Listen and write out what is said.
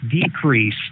decrease